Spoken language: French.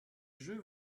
jeu